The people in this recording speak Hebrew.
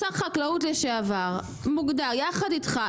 שר חקלאות לשעבר יחד איתך,